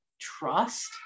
trust